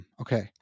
Okay